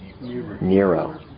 Nero